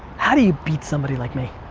how do you beat somebody like me?